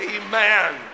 Amen